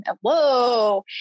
Whoa